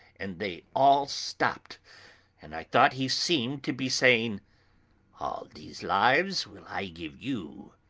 and they all stopped and i thought he seemed to be saying all these lives will i give you,